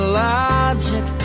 logic